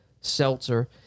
seltzer